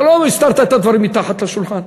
אתה לא הסתרת את הדברים מתחת לשולחן.